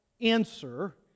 answer